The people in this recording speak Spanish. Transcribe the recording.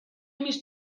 mis